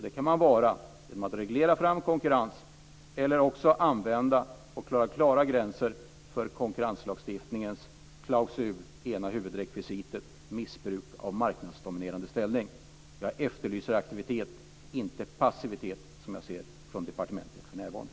Det kan man vara genom att reglera fram konkurrens eller genom att använda, och dra klara gränser för, konkurrenslagstiftningens klausul, det ena huvudrekvisitet: Missbruk av marknadsdominerande ställning. Jag efterlyser aktivitet, inte den passivitet som jag ser från departementet för närvarande.